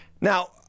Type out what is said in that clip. Now